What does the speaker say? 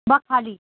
बखाली